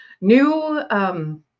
New